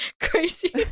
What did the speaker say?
crazy-